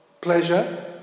pleasure